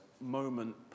moment